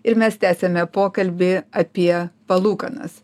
ir mes tęsiame pokalbį apie palūkanas